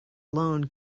alone